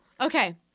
Okay